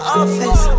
office